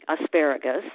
asparagus